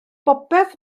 bopeth